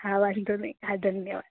ખાવાનું તો નઇ હા ધન્યવાદ